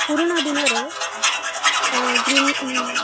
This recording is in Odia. ପୁରୁଣା ଦିନରେ ଗ୍ରୀନ୍